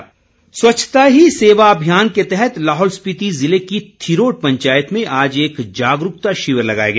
स्वच्छता ही सेवा स्वच्छता ही सेवा अभियान के तहत लाहौल स्पीति ज़िले की थिरोट पंचायत में आज एक जागरूकता शिविर लगाया गया